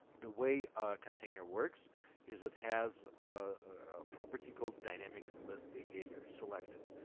the way a container works is it has a property called dynamic list behavior selected.